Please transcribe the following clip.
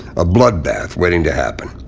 a bloodbath, waiting to happen.